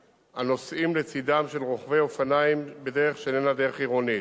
הנוסעים לצדם של רוכבי אופניים בדרך שאיננה דרך עירונית.